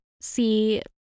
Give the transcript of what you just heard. see